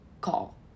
call